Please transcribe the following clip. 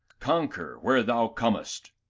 conquer where thou comest!